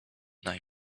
and